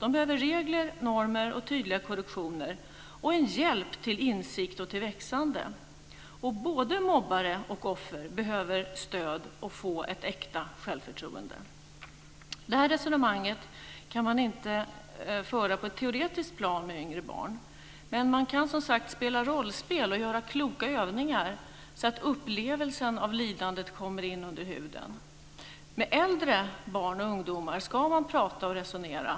De behöver regler, normer och tydliga korrektioner och en hjälp till insikt och växande. Både mobbare och offer behöver stöd att få ett äkta självförtroende. Det resonemanget kan man inte föra på ett teoretiskt plan med yngre barn. Men man kan spela rollspel och göra kloka övningar så att upplevelsen av lidandet kommer in under huden. Med äldre barn och ungdomar ska man prata och resonera.